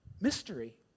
mystery